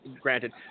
granted